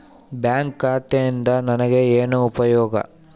Bank ಖಾತೆಯಿಂದ ನನಗೆ ಏನು ಉಪಯೋಗ?